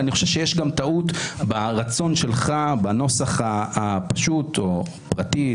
אני חושב שיש גם טעות ברצון שלך בנוסח הפשוט או הפרטי,